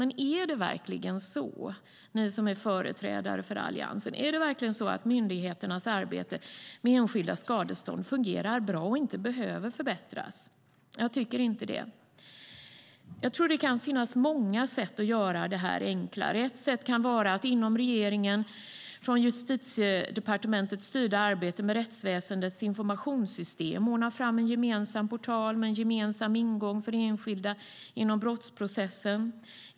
Men är det verkligen så, ni som är företrädare för Alliansen? Är det verkligen så att myndigheternas arbete med enskilda skadestånd fungerar bra och inte behöver förbättras? Jag tycker inte det. Jag tror att det kan finnas många sätt att göra det här enklare. Ett sätt kan vara att inom regeringens, från Justitiedepartementet styrda, arbete med rättsväsendets informationssystem ordna en gemensam portal med en gemensam ingång för enskilda inom brottsprocessen.